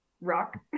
rock